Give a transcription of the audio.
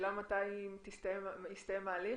השאלה מתי יסתיים ההליך,